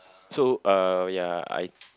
so uh ya I